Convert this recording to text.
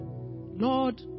Lord